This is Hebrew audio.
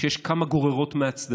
שיש לה כמה גוררות מהצדדים,